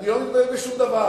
אני לא מתבלבל בשום דבר.